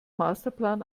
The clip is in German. masterplan